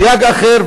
סייג אחר,